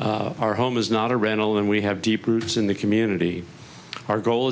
our home is not a rental and we have deep roots in the community our goal